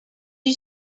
you